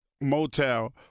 motel